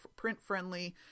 PrintFriendly